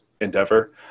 endeavor